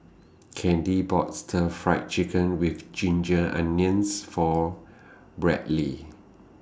Candy bought Stir Fried Chicken with Ginger Onions For Bradley